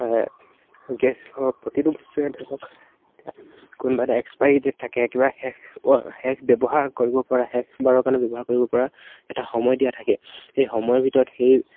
গেছৰ প্ৰতিটো বস্তুৰে ধয়ি লওক এতিয়া কোনোবা এটা এক্সপায়াৰী ডেট থাকে কিবা শেষ শেষ ব্যৱহাৰ কৰিব পৰা শেষ বাৰৰ কাৰণে ব্যৱহাৰ কৰিব পৰা এটা সময় দিয়া থাকে সেই সময়ৰ ভিতৰত সেই